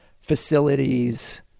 facilities